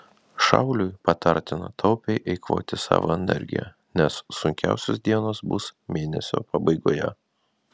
šauliui patartina taupiai eikvoti savo energiją nes sunkiausios dienos bus mėnesio pabaigoje